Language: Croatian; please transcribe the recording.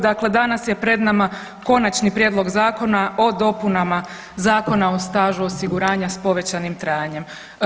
Dakle, danas je pred nama Konačni prijedlog Zakona o dopunama Zakona o stažu osiguranja s povećanim trajanjima.